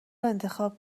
انتخاب